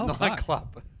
nightclub